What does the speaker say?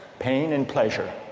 pain and pleasure.